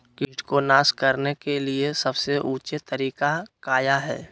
किट को नास करने के लिए सबसे ऊंचे तरीका काया है?